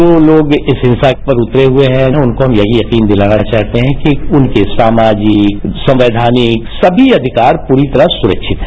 जो लोग इस हिंसा पर उतरे हुए हैं उनको हम यही यकीन दिलाना चाहते हैं कि उनके समाजिक संवैधानिक सभी अधिकार पूरी तरह सुरक्षित है